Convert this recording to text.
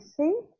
see